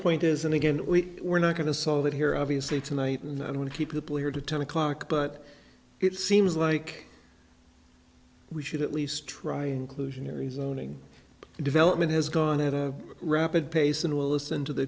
point is and again we were not going to solve it here obviously tonight and i want to keep the player to ten o'clock but it seems like we should at least try inclusionary zoning development has gone at a rapid pace and we'll listen to the